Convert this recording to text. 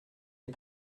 est